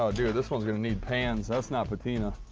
oh, dude, this one's gonna need pans that's not patina.